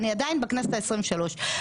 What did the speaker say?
אני עדיין בכנסת ה-23.